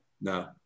No